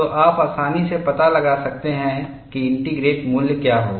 तो आप आसानी से पता लगा सकते हैं कि इंटीग्रेट मूल्य क्या होगा